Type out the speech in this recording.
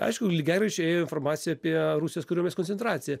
aišku lygiagrečiai ėjo informacija apie rusijos kariuomenės koncentraciją